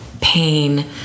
pain